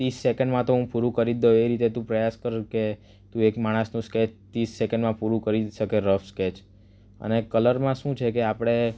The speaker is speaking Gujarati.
ત્રીસ સેકન્ડમાં તો હું પૂરું કરી જ દઉં એ રીતે તું પ્રયાસ કર કે તું એક માણસનું સ્કેચ ત્રીસ સેકન્ડમાં પૂરું કરી શકે રફ સ્કેચ અને કલરમાં શું છે કે આપણે